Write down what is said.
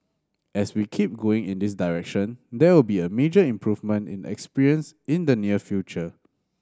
as we keep going in this direction there will be a major improvement in experience in the near future